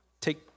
take